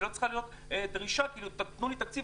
היא לא צריכה להיות דרישה כאילו תנו לי תקציב